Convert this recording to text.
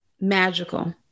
magical